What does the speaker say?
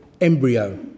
embryo